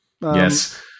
yes